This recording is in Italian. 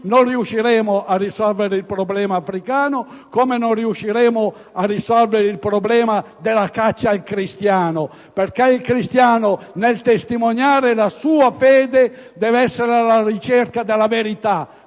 non riusciremo a risolvere il problema africano come non riusciremo a risolvere il problema della caccia al cristiano. Il cristiano nel testimoniare la sua fede deve essere alla ricerca della verità.